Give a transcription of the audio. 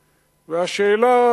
השאלה,